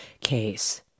case